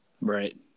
right